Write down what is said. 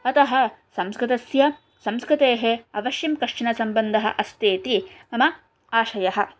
अतः संस्कृतस्य संस्कृतेः अवश्यं कश्चन सम्बन्धः अस्ति इति मम आशयः